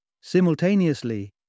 Simultaneously